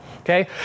okay